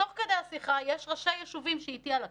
תוך כדי השיחה יש ראשי יישובים שאיתי על הקו,